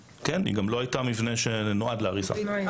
לאומיים מיוחדים ושירותי דת יהודיים):